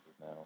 now